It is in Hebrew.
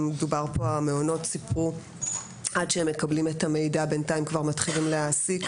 המעונות סיפרו שעד שהם מקבלים את המידע כבר מתחילים להעסיק,